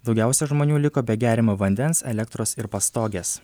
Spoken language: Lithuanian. daugiausia žmonių liko be geriamo vandens elektros ir pastogės